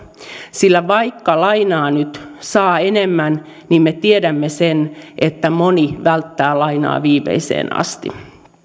sillä vaikka lainaa nyt saa enemmän niin me tiedämme sen että moni välttää lainaa viimeiseen asti